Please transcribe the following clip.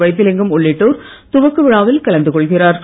வைத்திலிங்கம் உள்ளிட்டோர் துவக்க விழாவில் கலந்து கொள்கிறார்கள்